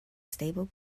stable